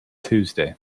tuesday